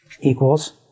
equals